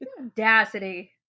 Audacity